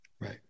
Right